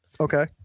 Okay